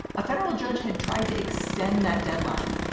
a federal judge had tried to extend that deadline,